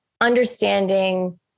understanding